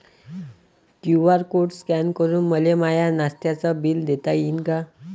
QR code scan करून मले माय नास्त्याच बिल देता येईन का?